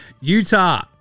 Utah